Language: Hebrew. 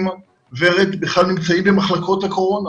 - ורד, בכלל נמצאים במחלקות הקורונה?